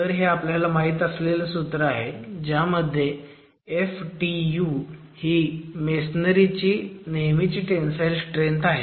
तर हे आपल्याला माहीत असलेलं सूत्र आहे ज्यामध्ये ftu ही मेसोनारीची नेहमीची टेंसाईल स्ट्रेंथ आहे